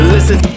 Listen